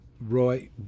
Roy